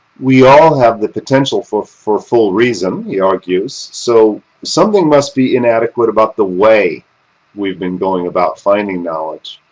we all have the potential for for full reason, he argues, so something must be inadequate about the way we've been going about finding knowledge.